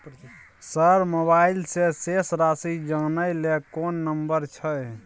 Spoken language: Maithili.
सर मोबाइल से शेस राशि जानय ल कोन नंबर छै?